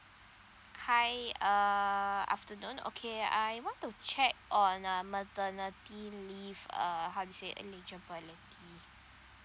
hi uh afternoon okay I want to check on uh maternity leave uh how to say eligibility